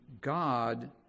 God